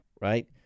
right